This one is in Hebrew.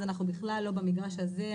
אנחנו בכלל לא במגרש הזה.